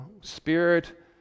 spirit